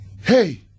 hey